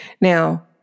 Now